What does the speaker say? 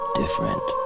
different